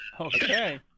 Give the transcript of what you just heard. Okay